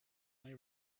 only